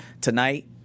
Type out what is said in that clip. Tonight